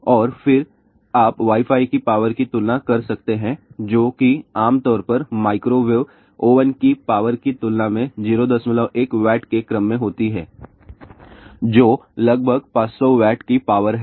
और फिर आप वाई फाई की पावर की तुलना कर सकते हैं जो कि आमतौर पर माइक्रोवेव ओवन की पावर की तुलना में 01 W के क्रम की होती है जो लगभग 500 W की पावर है